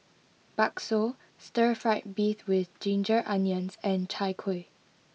Bakso Stir Fried Beef with Ginger Onions and Chai Kueh